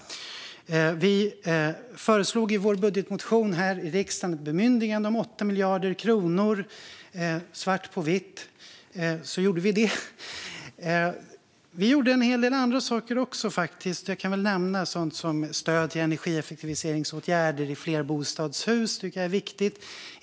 Vi föreslog i vår budgetmotion här i riksdagen ett bemyndigande på 8 miljarder kronor - det gjorde vi, svart på vitt. Vi gjorde också en hel del andra saker. Jag kan väl nämna sådant som stöd till energieffektiviseringsåtgärder i flerbostadshus; det tycker jag är viktigt.